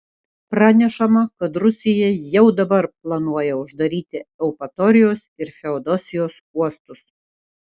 pranešama kad rusija jau dabar planuoja uždaryti eupatorijos ir feodosijos uostus